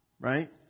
right